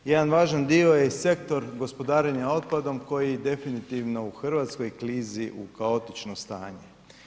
Jedan važan dio je i sektor gospodarenja otpadom koji definitivno u Hrvatskoj klizi u kaotično stanje.